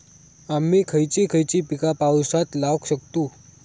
आम्ही खयची खयची पीका पावसात लावक शकतु?